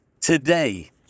today